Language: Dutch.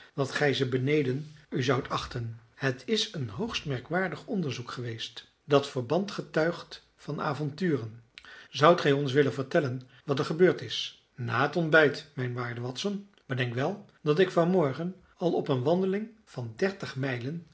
dat gij ze beneden u zoudt achten het is een hoogst merkwaardig onderzoek geweest dat verband getuigt van avonturen zoudt gij ons willen vertellen wat er gebeurd is na het ontbijt mijn waarde watson bedenk wel dat ik van morgen al op n wandeling van dertig mijlen